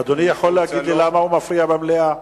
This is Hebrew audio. אדוני יכול להגיד לי למה הוא מפריע במליאה?